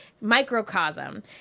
microcosm